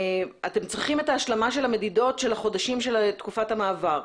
אתם צריכים את ההשלמה של המדידות של החודשים של תקופת המעבר.